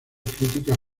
críticas